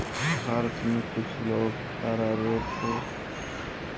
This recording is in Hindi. भारत में कुछ लोग अरारोट को